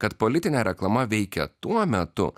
kad politinė reklama veikia tuo metu